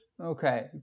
okay